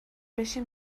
بشین